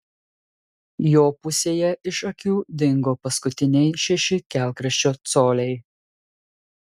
jo pusėje iš akių dingo paskutiniai šeši kelkraščio coliai